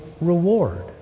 reward